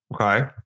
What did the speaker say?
Okay